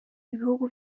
ibihugu